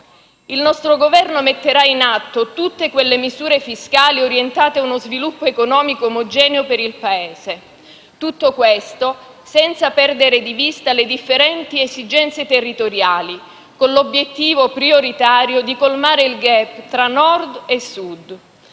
Il nostro Governo metterà in atto tutte quelle misure fiscali orientate a uno sviluppo economico omogeneo per il Paese; tutto questo senza perdere di vista le differenti esigenze territoriali, con l'obiettivo prioritario di colmare il *gap* tra Nord e Sud.